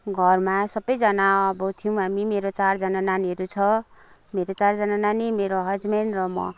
घरमा सबैजना अब थियौँ मेरो चारजना नानीहरू छ मेरो चारजना नानी मेरो हजबेन्ड र म